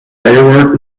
railroad